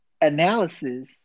analysis